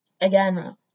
again